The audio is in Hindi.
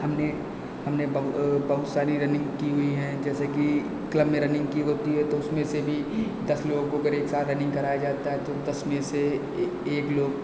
हमने हमने बहु बहुत सारी रनिंग की हुई है जैसे कि क्लब में रनिंग की होती है तो उसमें से भी दस लोगों को अगर साथ में रनिंग कराया जाता है तो दस में से एक एक लोग